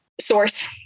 source